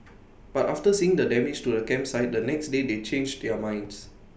but after seeing the damage to the campsite the next day they changed their minds